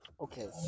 okay